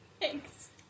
Thanks